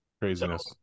craziness